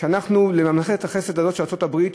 לממלכת החסד הזאת של ארצות-הברית,